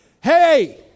Hey